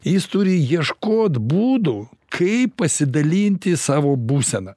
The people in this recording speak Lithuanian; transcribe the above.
jis turi ieškot būdų kaip pasidalinti savo būsena